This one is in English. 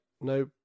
no